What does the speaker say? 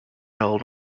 held